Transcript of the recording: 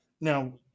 Now